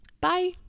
Bye